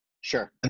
Sure